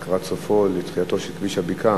לקראת סופו או בתחילתו של כביש הבקעה,